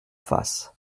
face